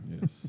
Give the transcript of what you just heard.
Yes